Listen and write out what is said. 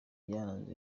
byaranze